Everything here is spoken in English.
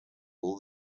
all